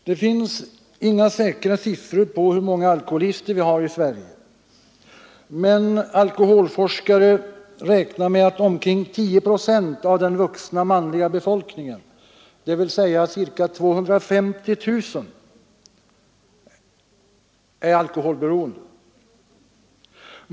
Det finns inga säkra siffror på hur många alkoholister vi har i Sverige, men alkolholforskare räknar med att omkring 10 procent av den vuxna manliga befolkningen, dvs. 250 000, är alkoholberoende.